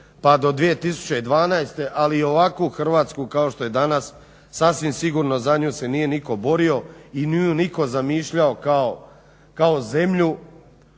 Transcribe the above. pa do 2012. ali i ovakvu Hrvatsku kao što je danas sasvim sigurno za nju se nitko nije borio i nije ju nitko zamišljao kao zemlju